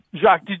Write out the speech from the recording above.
Jacques